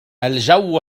الجو